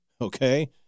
okay